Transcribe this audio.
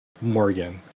Morgan